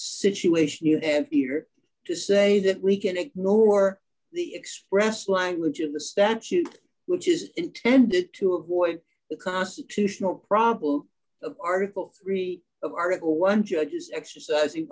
situation you have to say that we can ignore the expressed language of the statute which is intended to avoid the constitutional problem of article three of article one judges exercising